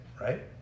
right